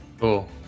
cool